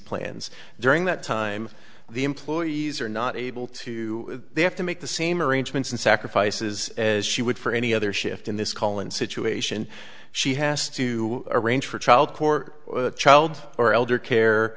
plans during that time the employees are not able to they have to make the same arrangements and sacrifices as she would for any other shift in this call and situation she has to arrange for child court child or elder care